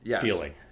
feeling